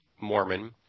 Mormon